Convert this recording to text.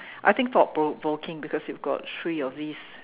I think thought provoking because you've got three of these